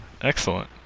Excellent